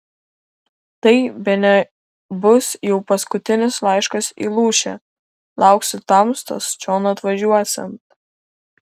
tai bene bus jau paskutinis laiškas į lūšę lauksiu tamstos čion atvažiuosiant